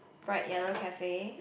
bright yellow cafe